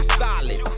solid